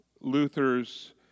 Luther's